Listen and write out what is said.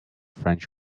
french